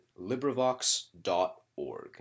LibriVox.org